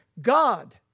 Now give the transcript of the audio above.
God